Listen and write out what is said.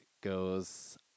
goes